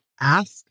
ask